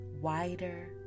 wider